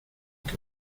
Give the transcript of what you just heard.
que